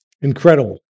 Incredible